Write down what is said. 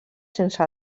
sense